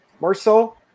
marcel